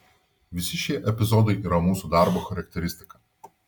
visi šie epizodai yra mūsų darbo charakteristika